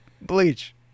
bleach